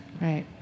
Right